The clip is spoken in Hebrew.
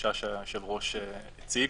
הגישה שהיושב-ראש הציג.